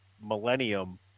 millennium